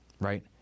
right